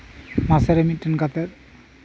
ᱢᱟᱥᱨᱮ ᱢᱤᱫᱴᱮᱱ ᱠᱟᱛᱮᱫ